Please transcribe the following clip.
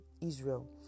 Israel